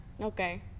Okay